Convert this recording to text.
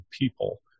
people